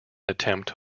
attempt